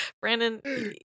Brandon